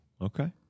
okay